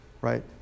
right